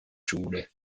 schule